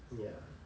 ya